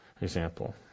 Example